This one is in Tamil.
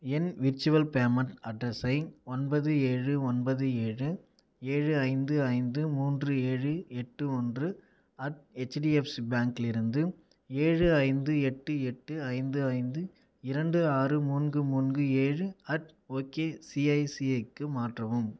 என் விர்ச்சுவல் பேமெண்ட் அட்ரஸை ஒன்பது ஏழு ஒன்பது ஏழு ஏழு ஐந்து ஐந்து மூன்று ஏழு எட்டு ஒன்று அட் ஹெச்டிஎஃப்சி பேங்கிலிருந்து ஏழு ஐந்து எட்டு எட்டு ஐந்து ஐந்து இரண்டு ஆறு மூன்று மூன்று ஏழு அட் ஓகே சிஐசிஐக்கு மாற்றவும்